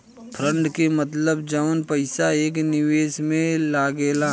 fund के मतलब जवन पईसा एक निवेशक में लागेला